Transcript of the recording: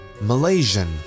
Malaysian